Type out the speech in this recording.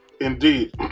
indeed